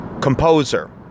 composer